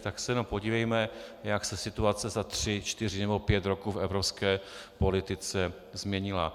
Tak se jenom podívejme, jak se situace za tři, čtyři nebo pět roků v evropské politice změnila.